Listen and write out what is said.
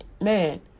man